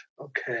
okay